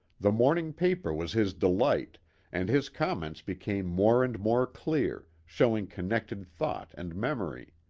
the morning paper was his delight and his comments became more and more clear, showing connected thought and memory.